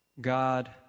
God